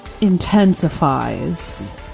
intensifies